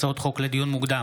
הצעות חוק לדיון מוקדם,